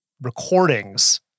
recordings